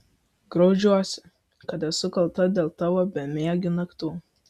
graužiuosi kad esu kalta dėl tavo bemiegių naktų